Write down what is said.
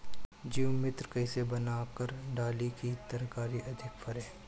जीवमृत कईसे बनाकर डाली की तरकरी अधिक फरे?